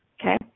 Okay